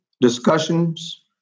discussions